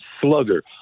slugger